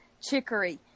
Chicory